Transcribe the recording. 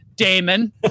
Damon